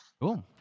Cool